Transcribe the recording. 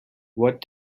what